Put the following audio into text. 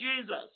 Jesus